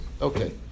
Okay